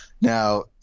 now